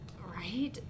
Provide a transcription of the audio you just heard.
Right